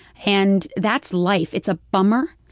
and that's life. it's a bummer.